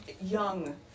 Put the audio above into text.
young